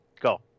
go